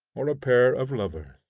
or a pair of lovers.